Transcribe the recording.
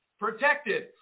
protected